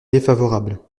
défavorable